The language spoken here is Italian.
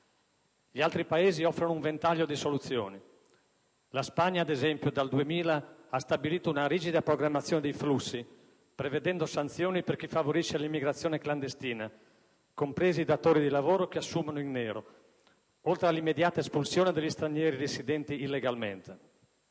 Gli altri Paesi offrono un ventaglio di soluzioni. La Spagna, ad esempio, dal 2000 ha stabilito una rigida programmazione dei flussi, prevedendo sanzioni per chi favorisce l'immigrazione clandestina (compresi i datori di lavoro che assumono in nero), oltre all'immediata espulsione degli stranieri residenti illegalmente.